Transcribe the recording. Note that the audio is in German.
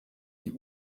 die